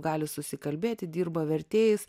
gali susikalbėti dirba vertėjais